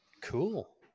Cool